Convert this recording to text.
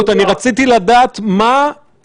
אפשר לעשות לסגר במדינת ישראל ולהוריד את העקומה.